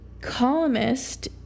columnist